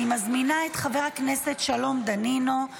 אני מזמינה את חבר הכנסת שלום דנינו,